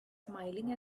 smiling